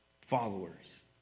followers